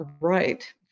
right